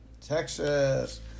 Texas